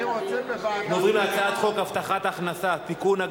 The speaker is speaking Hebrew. אנחנו חוזרים להצעת חוק הבטחת הכנסה (תיקון,